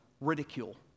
ridicule